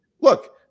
look